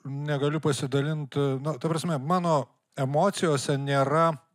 negaliu pasidalint na ta prasme mano emocijose nėra